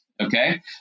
Okay